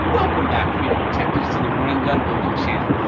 welcome back, freedom protectors to the ring gun building channel.